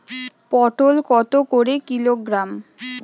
পটল কত করে কিলোগ্রাম?